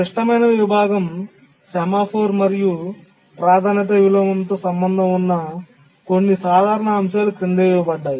క్లిష్టమైన విభాగం సెమాఫోర్స్ మరియు ప్రాధాన్యత విలోమంతో సంబంధం ఉన్న కొన్ని సాధారణ అంశాలు క్రింద ఇవ్వబడ్డాయి